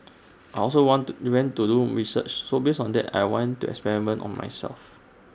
I also want to went to doom research so based on that I went to experiment on myself